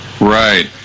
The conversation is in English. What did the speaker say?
Right